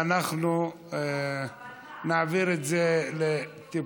ואנחנו נעביר את זה לטיפול.